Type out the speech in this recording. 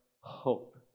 hope